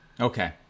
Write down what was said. Okay